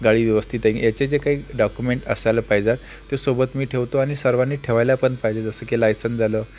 गाडी व्यवस्थित आहे याचे जे काही डाक्युमेंट असायला पाहिजे आहेत ते सोबत मी ठेवतो आणि सर्वांनी ठेवायला पण पाहिजे जसं की लायसन झालं